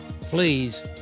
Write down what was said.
Please